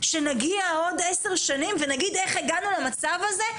שנגיע עוד עשר שנים ונגיד איך הגענו למצב הזה?